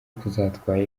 kuzatwara